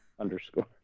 underscore